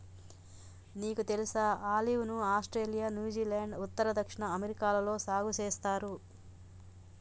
నీకు తెలుసా ఆలివ్ ను ఆస్ట్రేలియా, న్యూజిలాండ్, ఉత్తర, దక్షిణ అమెరికాలలో సాగు సేస్తారు